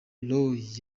roy